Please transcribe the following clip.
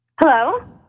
Hello